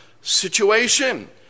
situation